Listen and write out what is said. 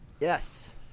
Yes